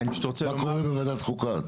מה קורה בוועדת חוקה?